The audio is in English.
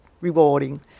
rewarding